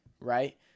right